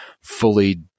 fully